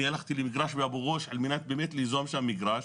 אני הלכתי למגרש באבו גוש על מנת ליזום שם מגרש,